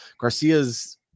Garcia's